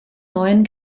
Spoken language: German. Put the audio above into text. neuen